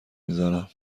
میزنم